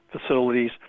facilities